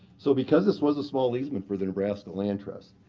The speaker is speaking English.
so because this was a small easement for the nebraska land trust,